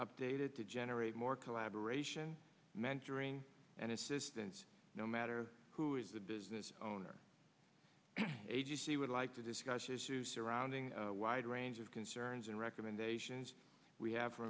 updated to generate more collaboration mentoring and assistance no matter who is the business owner agency would like to discuss issues surrounding the wide range of concerns and recommendations we have for